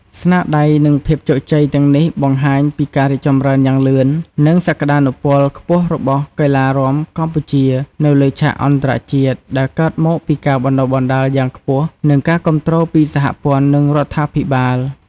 ស្នាដៃ និងភាពជោគជ័យទាំងនេះបង្ហាញពីការរីកចម្រើនយ៉ាងលឿន និងសក្តានុពលខ្ពស់របស់កីឡារាំកម្ពុជានៅលើឆាកអន្តរជាតិ ដែលកើតមកពីការបណ្តុះបណ្តាលយ៉ាងខ្ពស់ និងការគាំទ្រពីសហព័ន្ធ និងរដ្ឋាភិបាល។